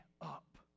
up